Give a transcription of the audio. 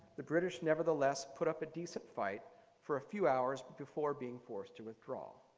the british nevertheless put up a decent fight for a few hours before being forced to withdraw.